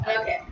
Okay